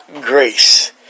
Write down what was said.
grace